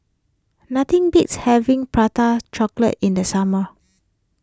nothing beats having Prata Chocolate in the summer